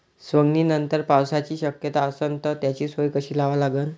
सवंगनीनंतर पावसाची शक्यता असन त त्याची सोय कशी लावा लागन?